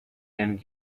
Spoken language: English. and